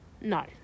No